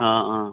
অঁ অঁ